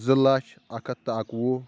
زٕ لچھ اکھ ہتھ تہٕ اکوُہ